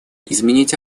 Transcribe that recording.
изменить